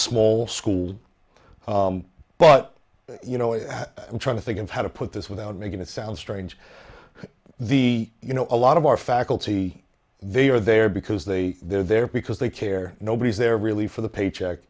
small school but you know i'm trying to think of how to put this without making it sound strange the you know a lot of our faculty they are there because they they're there because they care nobody's there really for the paycheck